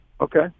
okay